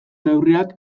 neurriak